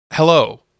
Hello